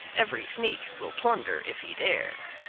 every sneak will plunder if he dare.